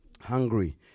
Hungry